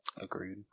Agreed